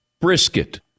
brisket